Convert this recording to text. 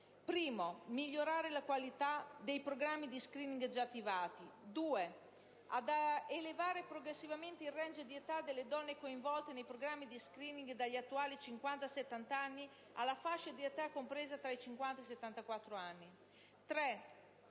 di migliorare la qualità dei programmi di *screening* già attivati; di elevare progressivamente il *range* di età delle donne coinvolte nei programmi di *screening*, dagli attuali 50/70 anni alla fascia di età compresa tra i 50 e i 74 anni; di